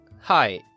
Hi